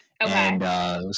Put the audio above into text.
Okay